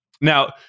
Now